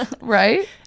right